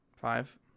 Five